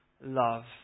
love